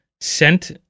sent